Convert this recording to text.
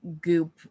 goop